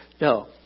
No